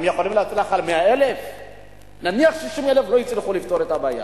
הם יכולים לתת לך 100,000. נניח ל-60,000 לא הצליחו לפתור את הבעיה,